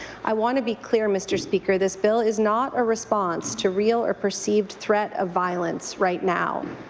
i want to be clear, mr. speaker. this bill is not a response to real or perceived threat of violence right now.